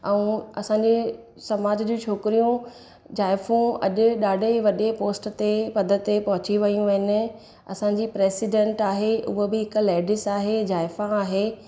ऐं असांजे समाज जी छोकिरियूं जाइफ़ू अॼु ॾाढे वॾे पोस्ट ते पद ते पहुची वयूं आहिनि असांजी प्रेसिडैंट आहे उहा बि हिकु लेडीस आहे जाइफ़ा आहे